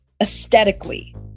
aesthetically